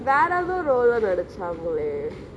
வேற எதோ:vera etho role லே நடிச்சாங்களே:le nadichaanglee